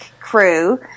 crew